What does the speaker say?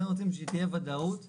אנחנו כן רוצים שתהיה ודאות למערכת.